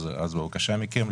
אז בבקשה מכם,